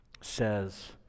says